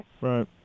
Right